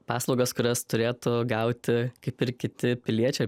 paslaugas kurias turėtų gauti kaip ir kiti piliečiai